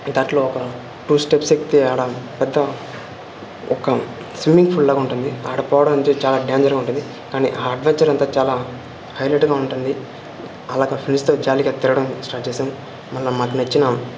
దాంట్లో ఒక two steps ఎక్కితే అక్కడ పెద్ద ఒక స్విమ్మింగ్ పూల్ లాగా ఉంటుంది అక్కడ పోవడం ఎంతో చాలా డేంజర్గా ఉంటుంది కానీ ఆ అడ్వెంచర్ అంతా చాలా హైలెట్గా ఉంటుంది అలాగ ఫ్రెండ్స్తో జాలీగా తిరగడం స్టార్ట్ చేసాం మళ్ళీ మాకు నచ్చిన